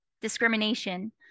discrimination